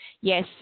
yes